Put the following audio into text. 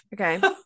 Okay